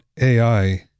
AI